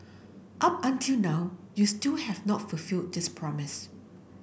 up until now you still have not fulfilled this promise